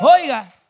Oiga